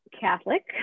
Catholic